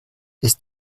ist